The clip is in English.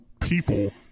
people